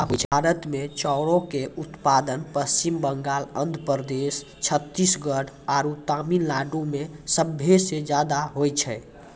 भारत मे चाउरो के उत्पादन पश्चिम बंगाल, आंध्र प्रदेश, छत्तीसगढ़ आरु तमिलनाडु मे सभे से ज्यादा होय छै